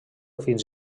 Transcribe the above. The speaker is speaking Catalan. fins